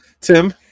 Tim